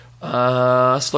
Slow